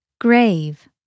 Grave